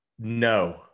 No